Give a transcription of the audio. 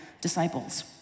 disciples